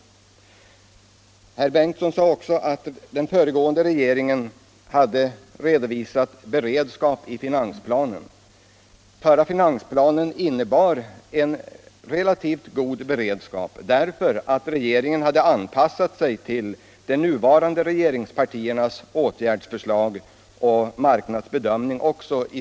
Herr Ingemund Bengtsson sade också att föregående regering hade en viss beredskap i finansplanen. Den förra finansplanen innebar en relativt god beredskap därför att regeringen i stor utsträckning hade anpassat sig också till de nuvarande regeringspartiernas åtgärdsförslag och marknadsbedömning.